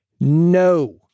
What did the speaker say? No